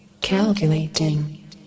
calculating